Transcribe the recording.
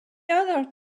other